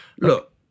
Look